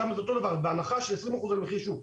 שם זה אותו דבר, בהנחה של 20% על מחיר שוק.